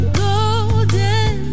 golden